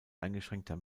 eingeschränkter